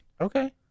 Okay